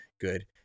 good